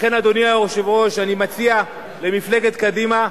לכן, אדוני היושב-ראש, אני מציע למפלגת קדימה,